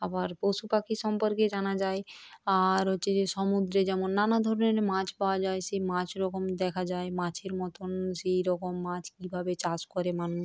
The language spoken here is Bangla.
আবার পশু পাখি সম্পর্কে জানা যায় আর হচ্ছে যে সমুদ্রে যেমন নানা ধরনের মাছ পাওয়া যায় সেই মাছ রকম দেখা যায় মাছের মতন সেই রকম মাছ কীভাবে চাষ করে মানুষ